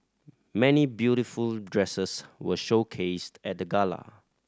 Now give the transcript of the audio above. many beautiful dresses were showcased at the gala